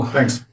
Thanks